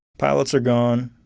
pilots are gone.